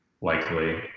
likely